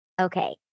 Okay